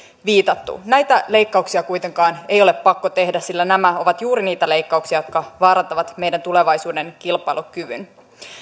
viitattu näitä leikkauksia kuitenkaan ei ole pakko tehdä sillä nämä ovat juuri niitä leikkauksia jotka vaarantavat meidän tulevaisuuden kilpailukyvyn